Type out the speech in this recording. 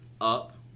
Up